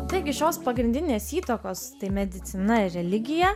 taigi šios pagrindinės įtakos tai medicina ir religija